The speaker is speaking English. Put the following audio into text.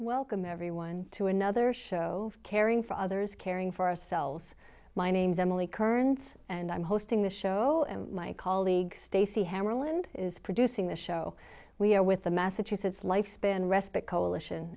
welcome everyone to another show caring for others caring for ourselves my name's emily kearns and i'm hosting the show and my colleague stacy hammarlund is producing the show we are with the massachusetts lifespan respite coalition